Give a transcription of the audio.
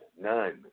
None